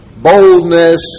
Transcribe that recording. boldness